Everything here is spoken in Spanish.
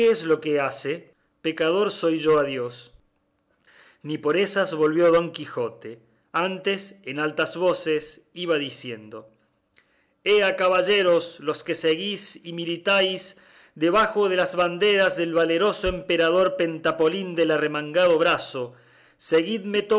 es lo que hace pecador soy yo a dios ni por ésas volvió don quijote antes en altas voces iba diciendo ea caballeros los que seguís y militáis debajo de las banderas del valeroso emperador pentapolín del arremangado brazo seguidme